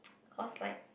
cause like